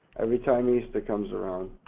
every time easter comes around,